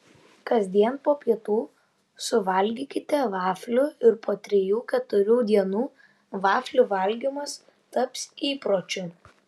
kasdien po pietų suvalgykite vaflių ir po trijų keturių dienų vaflių valgymas taps įpročiu